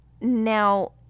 Now